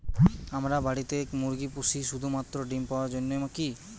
আমরা বাড়িতে মুরগি পুষি শুধু মাত্র ডিম পাওয়ার জন্যই কী?